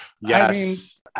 Yes